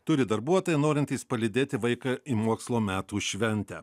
turi darbuotojai norintys palydėti vaiką į mokslo metų šventę